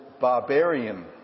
barbarian